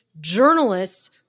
journalists